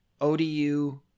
ODU